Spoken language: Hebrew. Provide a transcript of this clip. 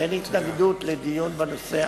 איך גורמים קיצוניים בוחשים בהר-הבית?